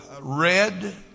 read